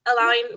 allowing